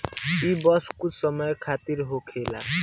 ई बस कुछ समय खातिर होखेला